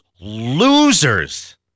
losers